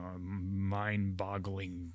mind-boggling